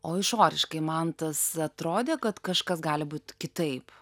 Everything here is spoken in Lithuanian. o išoriškai mantas neatrodė kad kažkas gali būt kitaip